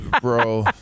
Bro